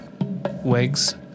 wigs